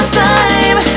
time